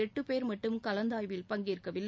எட்டு பேர் மட்டும் கலந்தாய்வில் பங்கேற்கவில்லை